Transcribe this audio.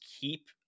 keep